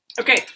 Okay